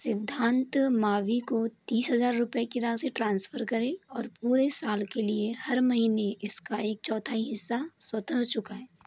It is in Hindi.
सिद्धांत मावी को तीस हज़ार रुपये की राशि ट्रांसफ़र करें और पूरे साल के लिए हर महीने इसका एक चौथाई हिस्सा स्वतः चुकाऐं